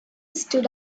stood